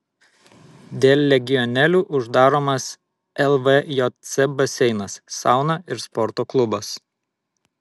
dėl legionelių uždaromas lvjc baseinas sauna ir sporto klubas